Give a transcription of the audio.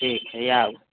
ठीक हइ आउ